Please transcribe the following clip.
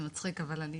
זה מצחיק, אבל אני